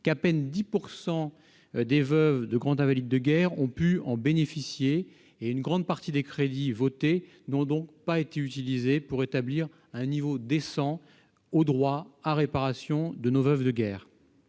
qu'à peine 10 % des veuves de grands invalides de guerre ont pu en bénéficier. Une grande partie des crédits votés n'ont donc pas été utilisés pour établir à un niveau décent le droit à réparation de nos veuves de guerre.